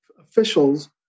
officials